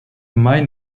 mai